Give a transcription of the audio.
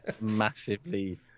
massively